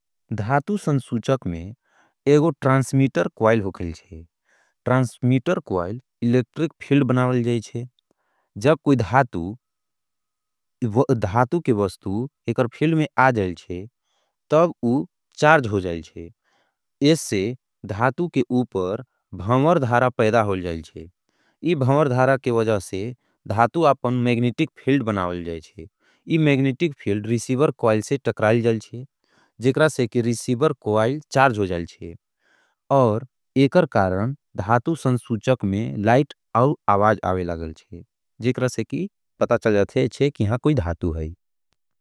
धातू संसुचक में एगो ट्रांस्मीटर कॉईल हो गया है। ट्रांस्मीटर कॉईल एलेक्ट्रिक फिल्ड बनावल जाये है। जब कोई धातू, धातू के वस्तु एकर फिल्ड में आ जाये है। तब वो चार्ज हो जाये है। इस से धातू के ऊपर भहमर धारा पैदा होल जाये है। इस भहमर धारा के वजव से धातू आपका में मेगनिटिक फिल्ड बनावल जाये है। इस मेगनिटिक फिल्ड रिसीवर कॉईल से टक्राइल जाये है। जेकरा से कि रिसीवर कॉईल चार्ज हो जाये है। और एकर कारण धातू संसुचक में लाइट और आवाज आवे लागेल है। जेकरा से कि पता चल जाते हैं कि यहां कोई धातू है।